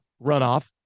runoff